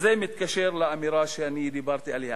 וזה מתקשר לאמירה שאני דיברתי עליה.